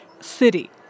City